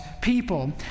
people